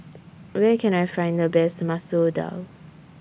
Where Can I Find The Best Masoor Dal